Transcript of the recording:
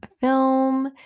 film